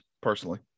personally